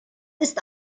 ist